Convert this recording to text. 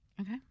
Okay